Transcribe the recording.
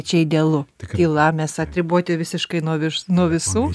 čia idealu tyla mes atriboti visiškai nuo viš visų